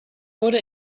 wurde